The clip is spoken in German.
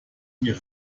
mir